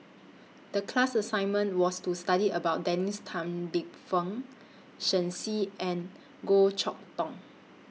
The class assignment was to study about Dennis Tan Lip Fong Shen Xi and Goh Chok Tong